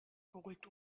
beruhigt